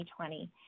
2020